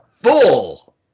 Full